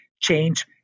change